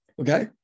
okay